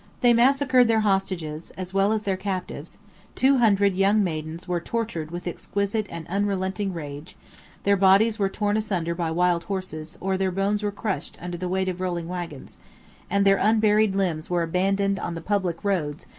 they massacred their hostages, as well as their captives two hundred young maidens were tortured with exquisite and unrelenting rage their bodies were torn asunder by wild horses, or their bones were crushed under the weight of rolling wagons and their unburied limbs were abandoned on the public roads,